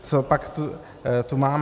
Copak tu máme?